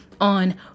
on